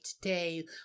today